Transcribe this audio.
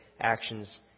actions